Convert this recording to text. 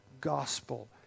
gospel